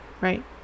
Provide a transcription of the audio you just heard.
right